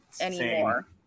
anymore